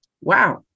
Wow